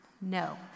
no